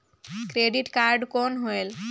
Credit card कौन होएल?